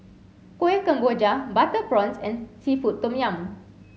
Kueh Kemboja butter prawns and seafood Tom Yum